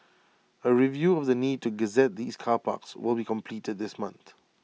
A review of the need to gazette these car parks will be completed this month